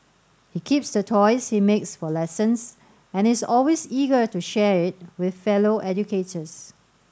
he keeps the toys he makes for lessons and its always eager to share it with fellow educators